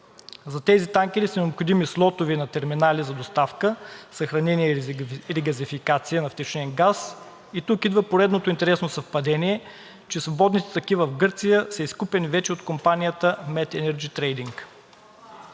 За тези танкери са необходими слотове на терминали за доставка, съхранение и регазификация на втечнен газ. И тук идва поредното интересно съвпадение – че свободните такива в Гърция са изкупени вече от компанията „МЕТ Енерджи